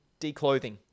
declothing